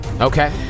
Okay